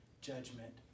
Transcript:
judgment